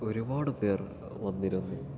ഒരുപാട് പേർ വന്നിരുന്നു